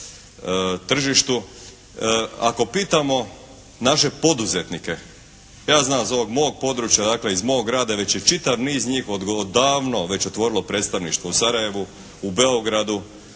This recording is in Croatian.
Ako pitamo naše poduzetnike, ja znam iz ovog mog područja, dakle iz mog grada, već je čitav niz njih davno već otvorilo predstavništvo u Sarajevu, u Beogradu